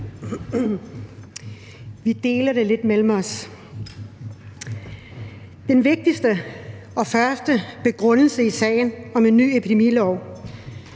Liselott Blixt (DF): Den vigtigste og første begrundelse i sagen om en ny epidemilov